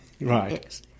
right